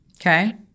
Okay